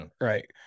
Right